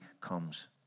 comes